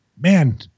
man